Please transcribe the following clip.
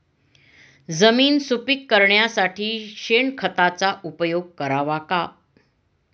जमीन सुपीक करण्यासाठी शेणखताचा उपयोग करावा का?